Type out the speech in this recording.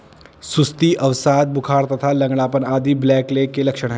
सुस्ती, अवसाद, बुखार तथा लंगड़ापन आदि ब्लैकलेग के लक्षण हैं